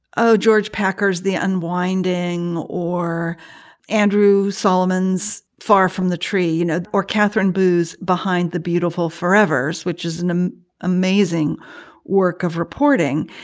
ah george packers' the unwinding or andrew solomon's far from the tree, you know, or katherine boo's behind the beautiful forevers, which is an um amazing work of reporting.